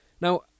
Now